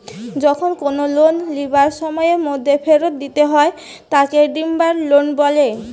যখন কোনো লোন লিবার সময়ের মধ্যে ফেরত দিতে হয় তাকে ডিমান্ড লোন বলে